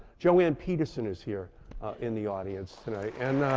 joanne peterson is here in the audience tonight, and.